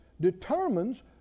determines